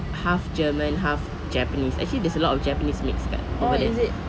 half german half japanese actually there's a lot of japanese mix kat over there